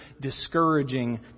discouraging